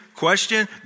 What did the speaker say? Question